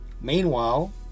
Meanwhile